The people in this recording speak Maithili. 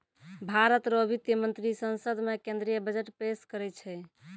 भारत रो वित्त मंत्री संसद मे केंद्रीय बजट पेस करै छै